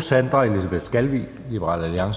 Sandra Elisabeth Skalvig (LA):